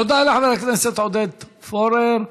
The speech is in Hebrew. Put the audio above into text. תודה לחבר הכנסת עודד פורר.